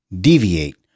deviate